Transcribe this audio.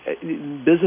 business